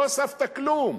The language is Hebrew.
לא הוספת כלום.